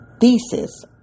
thesis